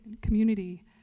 community